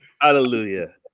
Hallelujah